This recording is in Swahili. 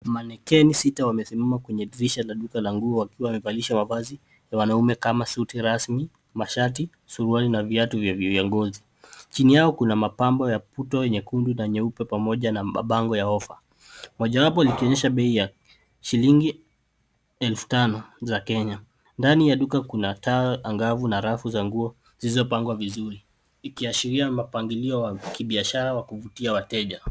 Manekeni sita wamesimama kwenye dirisha la nguo wakiwa wamevalishwa mavazi ya wanaume kama vile suti rasmi, mashati, suruali na viatu vya vizuia ngozi. Chini yao kuna mapambo ya puto nyekundu na nyeupe pamoja na mabango ya ofa. Moja ya mabango linaonyesha bei ya shilingi elfu tano za Kenya. Ndani ya duka kuna taa angavu na rafu za nguo zilizopangwa vizuri, ikiashiria mapangilio wa kibiashara wa kuvutia wateja.